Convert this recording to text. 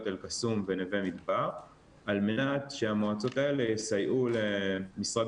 אל קסום ונווה מדבר על מנת שהמועצות האלה יסייעו למשרד